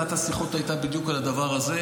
אחת השיחות הייתה בדיוק על הדבר הזה,